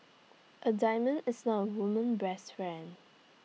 A diamond is not A woman best friend